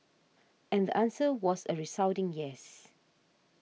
and the answer was a resounding yes